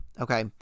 okay